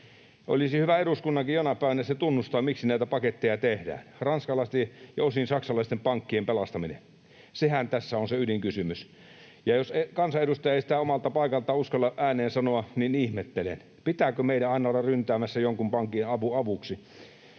Olisi hyvä eduskunnankin jonain päivänä se tunnustaa, miksi näitä paketteja tehdään: ranskalaisten ja osin saksalaisten pankkien pelastaminen. Sehän tässä on se ydinkysymys, ja jos kansanedustaja ei sitä omalta paikaltaan uskalla ääneen sanoa, niin ihmettelen. Pitääkö meidän aina olla ryntäämässä jonkin pankin avuksi?